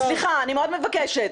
סליחה, אני מאוד מבקשת.